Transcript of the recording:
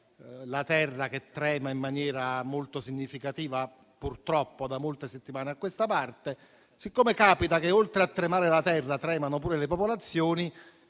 la terra che trema in maniera molto significativa, purtroppo, da molte settimane a questa parte. Siccome capita che oltre a tremare la terra tremano pure le popolazioni,